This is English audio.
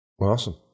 Awesome